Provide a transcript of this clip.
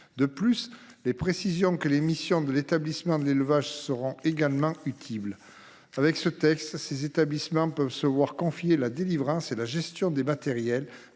tous. Les précisions relatives aux missions des établissements de l’élevage seront également utiles. Avec le présent texte, ces établissements peuvent se voir confier la délivrance et la gestion des matériels,